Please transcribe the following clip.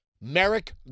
Merrick